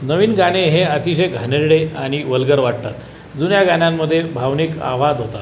नवीन गाणे हे अतिशय घाणेरडे आणि व्हल्गर वाटतात जुन्या गाण्यांमध्ये भावनिक आल्हाद होता